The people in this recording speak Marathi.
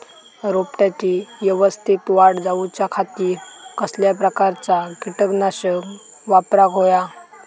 रोपट्याची यवस्तित वाढ जाऊच्या खातीर कसल्या प्रकारचा किटकनाशक वापराक होया?